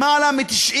למעלה מ-90